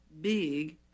big